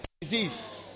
disease